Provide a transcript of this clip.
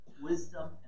wisdom